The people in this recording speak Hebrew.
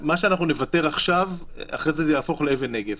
שמה שאנחנו נוותר עכשיו, אחרי זה יהפוך לאבן נגף.